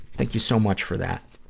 thank you so much for that.